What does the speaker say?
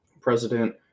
President